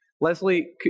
Leslie